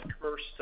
first